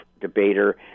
debater